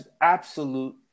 Absolute